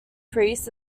priests